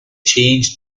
changed